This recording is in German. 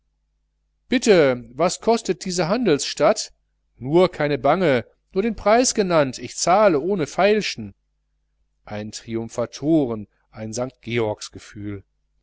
bitte was kostet diese handelsstadt nur keine bange nur den preis genannt ich zahle ohne feilschen ein triumphatoren ein sankt georgsgefühl